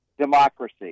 democracy